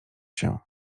się